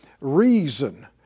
reason